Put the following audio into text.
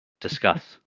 Discuss